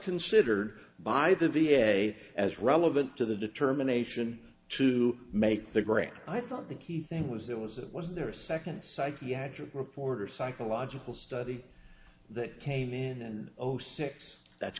considered by the v a as relevant to the determination to make the grant i thought the key thing was there was it was there a second psychiatric report or psychological study that came in zero six that's